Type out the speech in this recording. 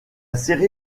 série